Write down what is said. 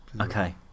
Okay